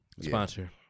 Sponsor